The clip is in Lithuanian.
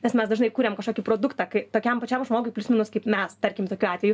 nes mes dažnai kuriam kažkokį produktą kai tokiam pačiam žmogui plius minus kaip mes tarkim tokiu atveju